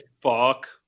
fuck